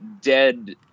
dead